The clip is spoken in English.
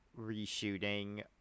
reshooting